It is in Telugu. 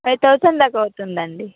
ఫైవ్ థౌజండ్ దాకా అవుతుందండి